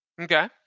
Okay